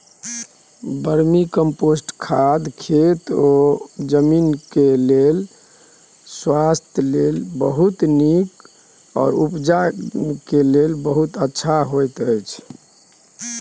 vermicompost खेतक माटि केर स्वास्थ्य लेल नीक होइ छै आ उपजा सेहो बढ़य छै